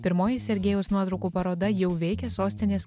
pirmoji sergejaus nuotraukų paroda jau veikia sostinės